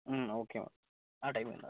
മ് okay madam ആ time വന്നാൽ മതി